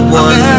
one